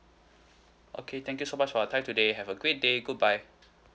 okay thank you so much for your time today have a great day goodbye